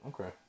Okay